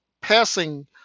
passing